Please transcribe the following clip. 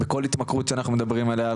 בכל התמכרות שאנחנו מדברים עליה,